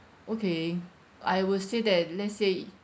okay I will say that let's say